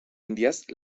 indias